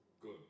Good